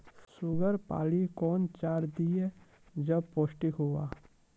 Sugar पाली कौन चार दिय जब पोस्टिक हुआ?